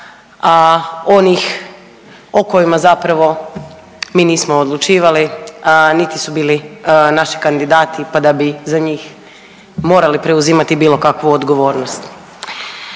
onih o kojima zapravo mi nismo odlučivali niti su bili naši kandidati pa da bi za njih morali preuzimati bilo kakvu odgovornost.